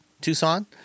Tucson